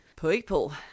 People